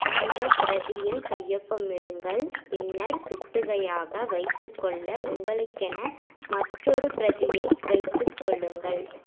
இந்த பிரதியில் கையொப்பமிடுங்கள் பின்னர் சுட்டுகையாக வைத்துக்கொள்ள உங்களுக்கென மற்றொரு பிரதியை வைத்து கொள்ளுங்கள்